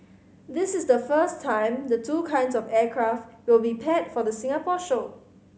this is the first time the two kinds of aircraft will be paired for the Singapore show